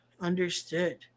Understood